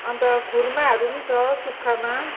अन्त खुर्माहरू पनि छ सुक्खामा